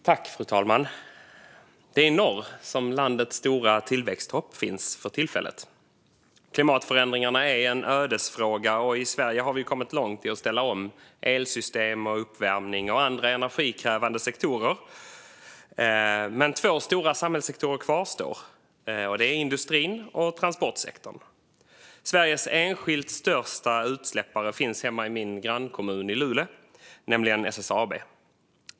Fru talman! Det är i norr som landets stora tillväxthopp finns för tillfället. Klimatförändringarna är en ödesfråga, och i Sverige har vi kommit långt i fråga om att ställa om elsystem, uppvärmning och andra energikrävande sektorer. Men två stora samhällssektorer kvarstår, och det är industrin och transportsektorn. Sveriges enskilt största utsläppare finns hemma i min grannkommun i Luleå, nämligen SSAB.